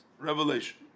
revelation